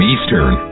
Eastern